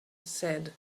said